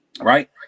right